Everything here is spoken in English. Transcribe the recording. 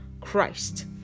christ